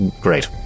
great